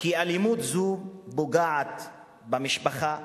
כי אלימות זו פוגעת במשפחה,